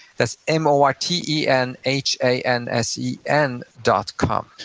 that's m o r t e n h a n s e n dot com